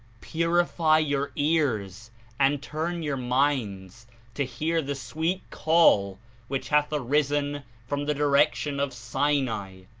purify your ears and turn your minds to hear the sweet call which hath arisen from the direction of sinai,